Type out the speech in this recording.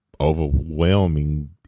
overwhelming